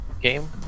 game